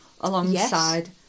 alongside